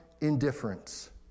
indifference